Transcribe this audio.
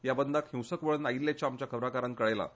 ह्या बंदाक हिंसक वळण आयिल्ल्याचें आमच्या खबराकारांन कळयलां